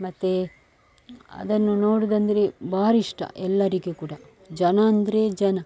ಮತ್ತು ಅದನ್ನು ನೋಡುವುದಂದ್ರೆ ಭಾರೀ ಇಷ್ಟ ಎಲ್ಲರಿಗೂ ಕೂಡ ಜನ ಅಂದರೆ ಜನ